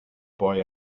boy